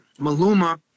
Maluma